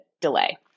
delay